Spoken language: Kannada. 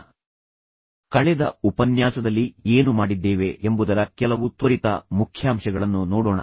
ಈಗ ನಾವು ಪ್ರತಿ ಬಾರಿಯೂ ಮಾಡುವಂತೆಯೇ ಮೊದಲು ನಾವು ಕಳೆದ ಉಪನ್ಯಾಸದಲ್ಲಿ ಏನು ಮಾಡಿದ್ದೇವೆ ಎಂಬುದರ ಕೆಲವು ತ್ವರಿತ ಮುಖ್ಯಾಂಶಗಳನ್ನು ನೋಡೋಣ